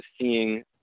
seeing